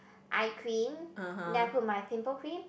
eye cream then I put my pimple cream